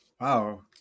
Wow